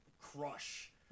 crush